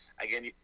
Again